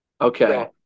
okay